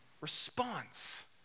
response